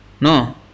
no